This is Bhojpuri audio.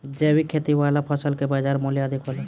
जैविक खेती वाला फसल के बाजार मूल्य अधिक होला